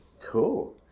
Cool